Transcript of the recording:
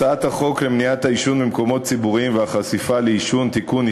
הצעת חוק למניעת העישון במקומות ציבוריים והחשיפה לעישון (תיקון,